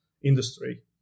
industry